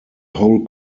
whole